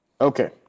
Okay